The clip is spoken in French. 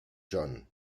jon